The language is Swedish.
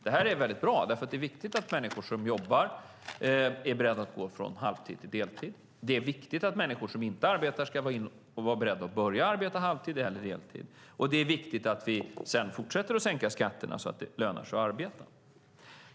Det här är väldigt bra, för det är viktigt att människor som jobbar är beredda att gå från halvtid till heltid. Det är viktigt att människor som inte arbetar ska vara beredda att börja arbeta halvtid eller heltid. Och det är viktigt att vi sedan fortsätter att sänka skatterna, så att det lönar sig att arbeta.